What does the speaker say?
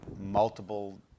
multiple